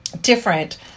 different